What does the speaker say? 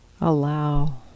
Allow